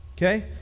Okay